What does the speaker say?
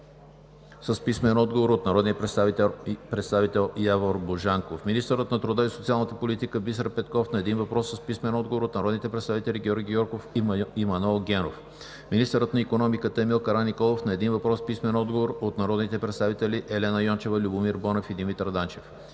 с писмен отговор от народния представител Явор Божанков; - министърът на труда и социалната политика Бисер Петков на един въпрос с писмен отговор от народните представители Георги Гьоков и Манол Генов; - министърът на икономиката Емил Караниколов на един въпрос с писмен отговор от народните представители Елена Йончева, Любомир Бонев и Димитър Данчев;